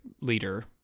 leader